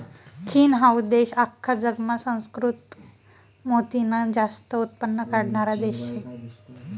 चीन हाऊ देश आख्खा जगमा सुसंस्कृत मोतीनं जास्त उत्पन्न काढणारा देश शे